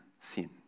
sin